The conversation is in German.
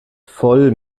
voll